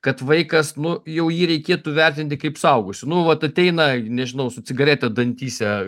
kad vaikas nu jau jį reikėtų vertinti kaip suaugusiu nu vat ateina nežinau su cigarete dantyse